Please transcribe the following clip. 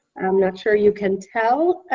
i'm not sure you can tell,